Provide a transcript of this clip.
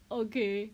okay